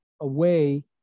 away